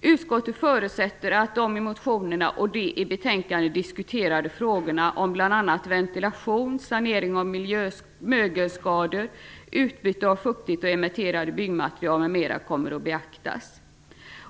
Utskottet förutsätter att de i motionerna och betänkandet diskuterade frågorna om bl.a. ventilation, sanering av mögelskador, utbyte av fuktigt och emitterande byggmaterial m.m. kommer att beaktas.